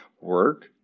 work